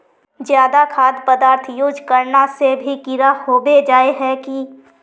ज्यादा खाद पदार्थ यूज करना से भी कीड़ा होबे जाए है की?